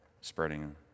spreading